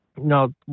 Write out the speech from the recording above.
No